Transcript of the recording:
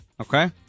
Okay